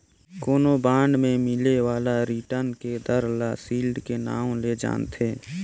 कोनो बांड मे मिले बाला रिटर्न के दर ल सील्ड के नांव ले जानथें